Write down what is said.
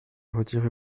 retirer